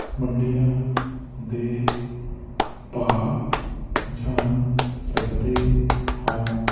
ਮੰਡੀਆਂ ਦੇ ਭਾਅ ਜਾਣ ਸਕਦੇ ਹਾਂ